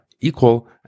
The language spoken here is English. equal